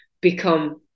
become